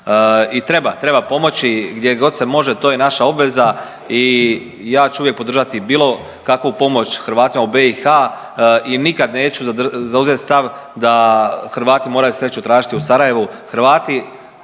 i treba, treba pomoći gdje god se može, to je naša obveza i ja ću uvijek podržati bilo kakvu pomoć Hrvatima u BiH i nikad neću zauzet stav da Hrvati moraju sreću tražiti u Sarajevu,